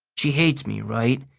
she hates me, right?